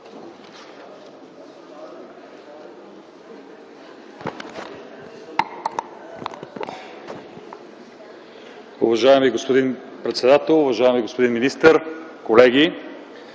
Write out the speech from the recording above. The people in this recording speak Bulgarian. Уважаеми господин председател, уважаеми господин министър, колеги!